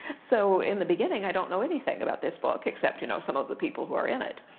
so in the beginning i don't know anything about this book except you know some of the people who are in it.